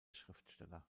schriftsteller